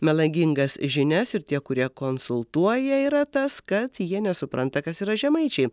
melagingas žinias ir tie kurie konsultuoja yra tas kad jie nesupranta kas yra žemaičiai